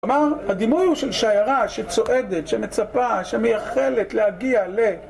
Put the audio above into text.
כלומר, הדימוי הוא של שיירה שצועדת, שמצפה, שמייחלת להגיע ל...